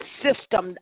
system